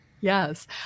Yes